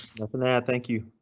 nothing now thank you